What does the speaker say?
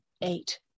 eight